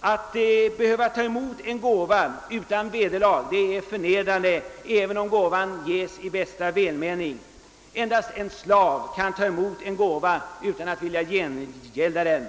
Att behöva ta emot en gäva utan vederlag är förnedrande, även om gåvan ges i bästa välmening. Endast en slav kan ta emot en gåva utan att vilja gengälda den.